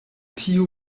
tiu